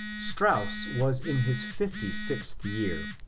strauss was in his fifty-sixth year.